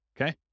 Okay